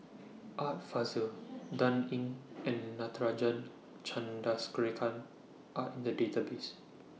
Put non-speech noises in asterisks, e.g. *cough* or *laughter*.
Art Fazil Dan Ying and Natarajan *unintelligible* Are in The Database